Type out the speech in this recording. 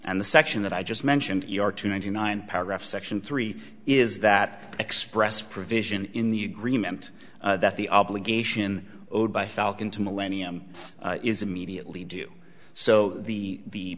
and the section that i just mentioned your two ninety nine paragraph section three is that express provision in the agreement that the obligation owed by falcon to millennium is immediately do so the